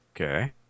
Okay